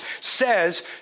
says